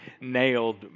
nailed